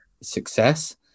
success